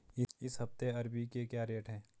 इस हफ्ते अरबी के क्या रेट हैं?